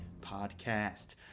podcast